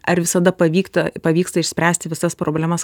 ar visada pavykta pavyksta išspręsti visas problemas